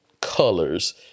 colors